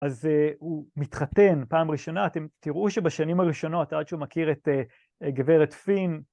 אז הוא מתחתן פעם ראשונה, אתם תראו שבשנים הראשונות, עד שהוא מכיר את גברת פין,